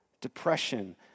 Depression